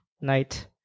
night